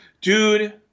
Dude